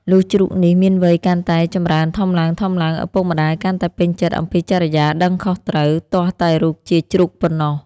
លុះជ្រូកនេះមានវ័យកាន់តែចម្រើនធំឡើងៗ ឪពុកម្ដាយកាន់តែពេញចិត្ដអំពីចរិយាដឹងខុសត្រូវ ទាស់តែរូបជា ជ្រូកប៉ុណ្ណោះ។